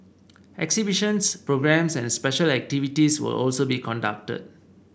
exhibitions programmes and special activities will also be conducted